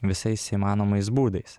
visais įmanomais būdais